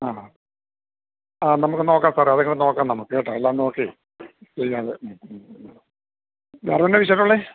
ആ ആ നമ്മള്ക്കു നോക്കാം സാറേ അതു നോക്കാം നമുക്ക് കേട്ടോ എല്ലാം നോക്കി ചെയ്യാമത് ഉം ഉം ഉം വേറെന്നാ വിശേഷമുള്ളത്